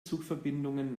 zugverbindungen